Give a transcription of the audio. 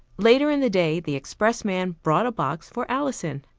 later in the day the expressman brought a box for alison.